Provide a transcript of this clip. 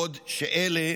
בעוד אלה